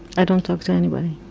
i don't talk to anybody